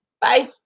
Bye